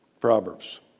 Proverbs